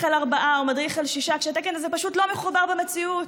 לארבעה או מדריך לשישה כשהתקן הזה פשוט לא מחובר למציאות.